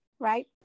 Right